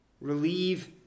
relieve